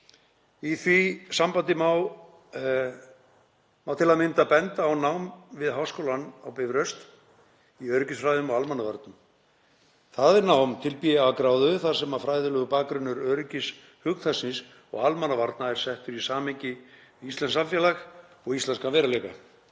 Í því sambandi má til að mynda benda á nám við Háskólann á Bifröst í öryggisfræðum og almannavörnum. Það er nám til B.A.-gráðu þar sem fræðilegur bakgrunnur öryggishugtaksins og almannavarna er settur í samhengi við íslenskt samfélag og íslenskan veruleika,